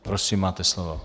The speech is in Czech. Prosím, máte slovo.